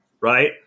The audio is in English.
right